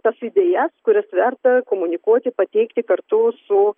tas idėjas kurias verta komunikuoti pateikti kartu su